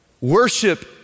worship